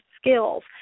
skills